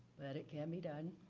but it can be done.